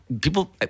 people